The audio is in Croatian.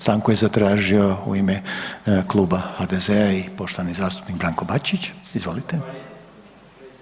Stanku je zatražio u ime kluba HDZ-a i poštovani zastupnik Branko Bačić, izvolite.